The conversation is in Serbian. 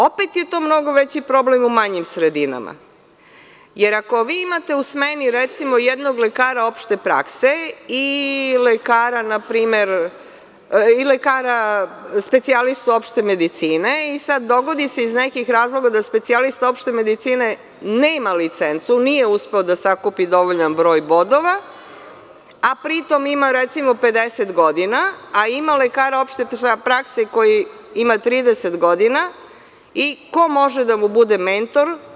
Opet je to mnogo veći problem u manjim sredinama, jer ako vi imate u smeni, recimo, jednog lekara opšte prakse i lekara specijalistu opšte medicine i dogodi se iz nekih razloga da specijalista opšte medicine nema licencu, nije uspeo da sakupi dovoljan broj bodova, a pritom ima, recimo 50 godina, a ima lekara opšte prakse koji ima 30 godina i ko može da mu bude mentor?